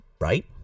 Right